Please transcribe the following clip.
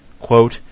Quote